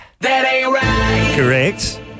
Correct